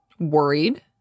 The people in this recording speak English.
Worried